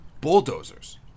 bulldozers